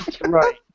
right